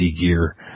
gear